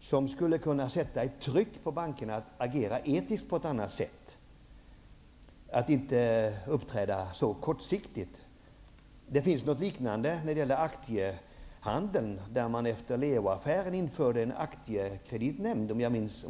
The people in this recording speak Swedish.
som skulle kunna sätta ett tryck på bankerna att agera etiskt och inte uppträda så kortsiktigt. Det finns något liknande när det gäller aktiehandeln. Man införde efter Leo-affären, om jag har uppfattat det rätt, en aktiekreditnämnd.